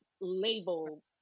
label